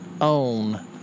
own